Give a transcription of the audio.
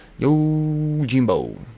Yojimbo